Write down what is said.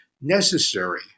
necessary